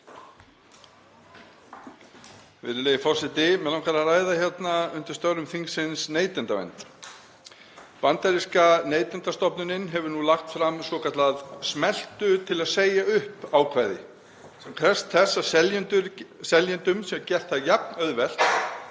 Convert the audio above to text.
Virðulegi forseti. Mig langar að ræða hérna undir störfum þingsins neytendavernd. Bandaríska neytendastofnunin hefur nú lagt fram svokallað „smelltu til að segja upp“-ákvæði sem krefst þess að seljendum sé gert það jafn auðvelt